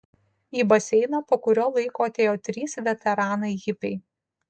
į baseiną po kurio laiko atėjo trys veteranai hipiai